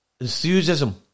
Enthusiasm